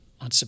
on